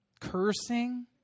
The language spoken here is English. cursing